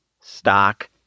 stock